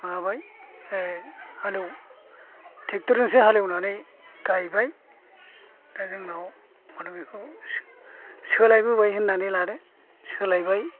माबाबाय हालेव थेखटरजोंसो हालेवनानै गायबाय दा जोंनाव माने बिखौ सोलायबोबाय होननानै लादो सोलायबाय